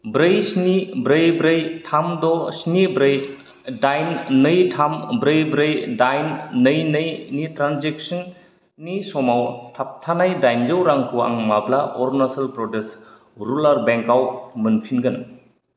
ब्रै स्नि ब्रै ब्रै थाम द' स्नि ब्रै दाइन नै थाम ब्रै ब्रै दाइन नै नै नि ट्रान्जेकसननि समाव थाबथानाय दाइजौ रांखौ आं माब्ला अरुनाचल प्रदेश रुराल बेंकआव मोनफिनगोन